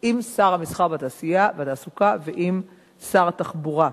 עם שר התעשייה, המסחר והתעסוקה ועם שר התחבורה.